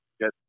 get